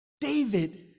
david